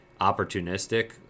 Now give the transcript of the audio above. opportunistic